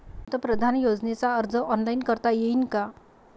पंतप्रधान योजनेचा अर्ज ऑनलाईन करता येईन का?